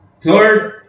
Third